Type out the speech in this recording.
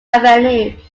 avenue